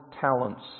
talents